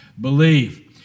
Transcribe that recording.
believe